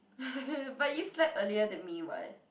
but you slept earlier than me [what]